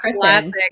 classic